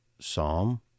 Psalm